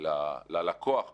ללקוח בקצה,